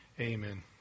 Amen